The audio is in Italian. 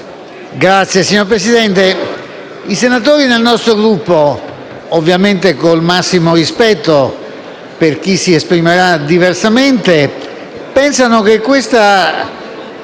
PLI))*. Signor Presidente, i senatori del nostro Gruppo, ovviamente con il massimo rispetto per chi si esprimerà diversamente, pensano che questo